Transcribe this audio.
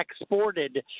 exported